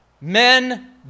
men